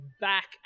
back